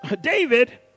David